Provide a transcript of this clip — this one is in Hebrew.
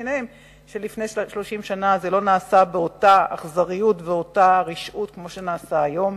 שלפני 30 שנה זה לא נעשה באותה אכזריות ובאותה רשעות כמו היום.